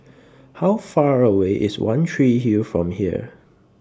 How Far away IS one Tree Hill from here